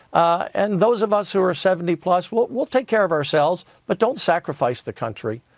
and those of us who are seventy plus, we'll we'll take care of ourselves. but don't sacrifice the country.